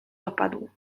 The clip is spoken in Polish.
opadł